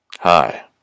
Hi